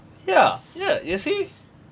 ya ya you see